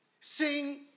sing